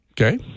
Okay